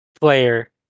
player